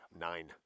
Nine